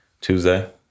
Tuesday